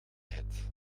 hit